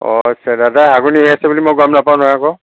অ' আচ্ছা দাদাৰ হাগনি হৈ আছে বুলি মই গম নাপাও নহয় আকৌ